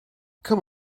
come